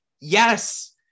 yes